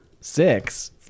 Six